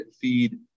feed